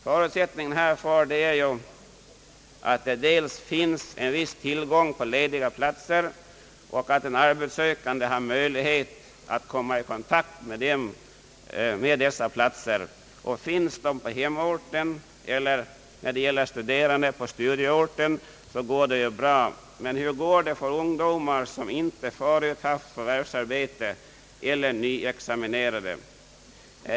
Förutsättningen härför är att det finns en viss tillgång på lediga platser och att den arbetssökande har möjlighet att komma i kontakt med dessa. Finns platserna på hemorten eller — när det gäller studerande — på studieorten, går det bra. Men hur går det för ungdomar som inte förut haft förvärvsarbete eller är nyutexaminerade?